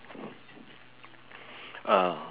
uh